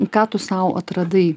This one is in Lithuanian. ką tu sau atradai